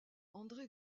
andré